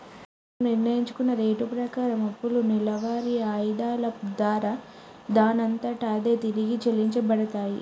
మనం నిర్ణయించుకున్న రేటు ప్రకారం అప్పులు నెలవారి ఆయిధాల దారా దానంతట అదే తిరిగి చెల్లించబడతాయి